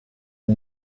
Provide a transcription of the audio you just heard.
uyu